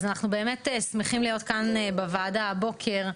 אז אנחנו באמת שמחים להיות כאן בוועדה הבוקר.